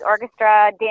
orchestra